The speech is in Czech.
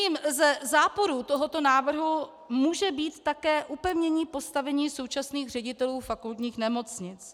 Jedním ze záporů tohoto návrhu může být také upevnění postavení současných ředitelů fakultních nemocnic.